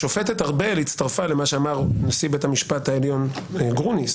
השופטת ארבל הצטרפה למה שאמר נשיא בית המשפט העליון גרוניס